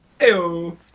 Ew